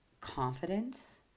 confidence